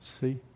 See